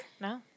No